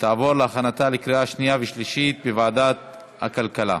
ותעבור להכנתה לקריאה שנייה ושלישית לוועדת הכלכלה.